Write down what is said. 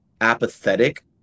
apathetic